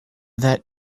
that